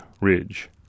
ridge